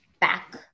back